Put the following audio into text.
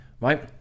Right